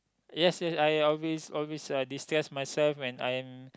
yes yes I always always uh destress myself when I am